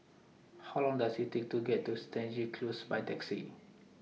How Long Does IT Take to get to Stangee Close By Taxi